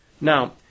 Now